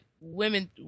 women